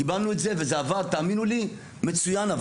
קיבלנו את זה וזה עבר, תאמינו לי, מצוין.